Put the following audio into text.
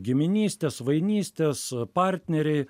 giminystės svainystės partneriai